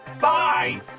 Bye